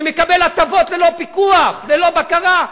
שמקבל הטבות ללא פיקוח, ללא בקרה.